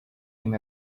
came